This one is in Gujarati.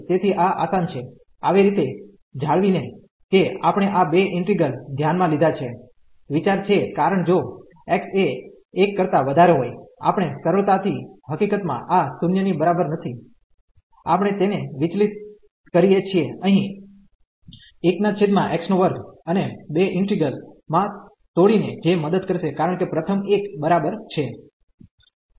તેથી આ આસાન છે આવી રીતે જાળવી ને કે આપણે આ બે ઈન્ટિગ્રલ ધ્યાન માં લીધા છે વિચાર છે કારણ જો x એ 1 કરતા વધારે હોય આપણે સરળતા થી હકીકતમાં આ 0 ની બરાબર નથી આપણે તેને વિચલિત કરી એ છીએ અહીં 1x2 અને બે ઈન્ટિગ્રલ માં તોડીને જે મદદ કરશે કારણ કે પ્રથમ એક બરાબર છે